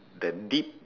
that dip